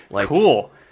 Cool